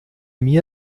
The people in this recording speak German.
mir